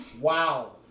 Wow